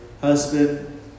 husband